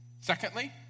Secondly